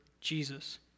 Jesus